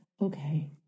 okay